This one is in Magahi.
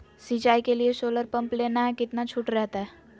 सिंचाई के लिए सोलर पंप लेना है कितना छुट रहतैय?